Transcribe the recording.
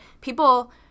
people